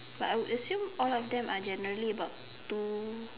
but I would assume all of them are generally about two